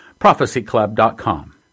Prophecyclub.com